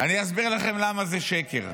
אני אסביר לכם למה זה שקר.